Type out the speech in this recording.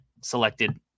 selected